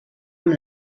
amb